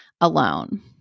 alone